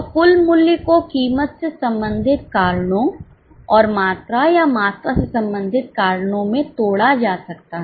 तो कुल मूल्य को कीमत से संबंधित कारणों और मात्रा या मात्रा से संबंधित कारणों में तोड़ा जा सकता है